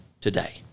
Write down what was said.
today